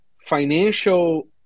financial